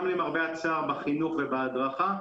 גם למרבה הצער בחינוך ובהדרכה,